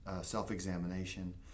self-examination